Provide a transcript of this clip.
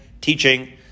teaching